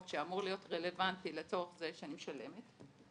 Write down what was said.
שאמור להיות רלבנטי לצורך זה שאני משלמת.